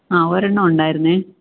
ആ ഒരെണ്ണം ഉണ്ടായിരുന്നേ